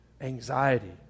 anxiety